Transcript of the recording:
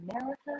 America